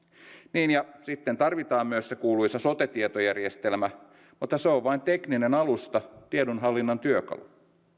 niin ja sitten tarvitaan myös se kuuluisa sote tietojärjestelmä mutta se on vain tekninen alusta tiedonhallinnan työkalu